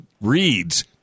reads